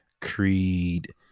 creed